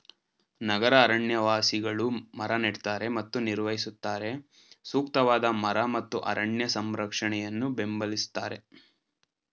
ನಗರ ಅರಣ್ಯವಾಸಿಗಳು ಮರ ನೆಡ್ತಾರೆ ಮತ್ತು ನಿರ್ವಹಿಸುತ್ತಾರೆ ಸೂಕ್ತವಾದ ಮರ ಮತ್ತು ಅರಣ್ಯ ಸಂರಕ್ಷಣೆಯನ್ನು ಬೆಂಬಲಿಸ್ತಾರೆ